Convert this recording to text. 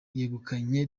yegukanye